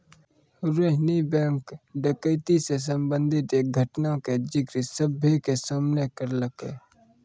Rohini bank डकैती से संबंधित एक घटना के जिक्र सभ्भे के सामने करलकै